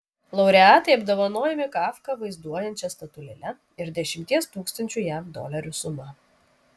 laureatai apdovanojami kafką vaizduojančia statulėle ir dešimties tūkstančių jav dolerių suma